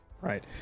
Right